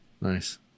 Nice